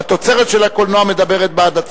והתוצרת של הקולנוע מדברת בעד עצמה.